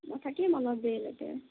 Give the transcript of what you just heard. মই থাকিম অলপ দেৰিলৈকে